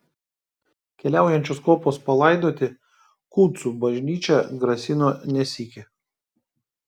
keliaujančios kopos palaidoti kuncų bažnyčią grasino ne sykį